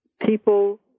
people